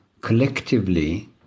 collectively